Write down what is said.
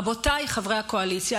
רבותיי חברי הקואליציה,